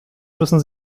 müssen